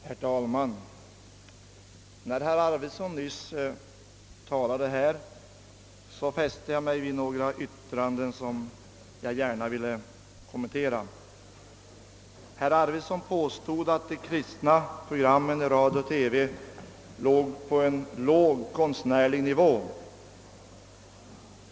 Herr talman! När herr Arvidson talade nyss, fäste jag mig vid några yttranden som jag nu vill kommentera. Herr Arvidson påstod att de kristna programmen i radio-TV låg på en låg konstnärlig nivå.